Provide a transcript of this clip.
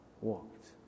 walked